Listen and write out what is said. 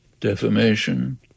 defamation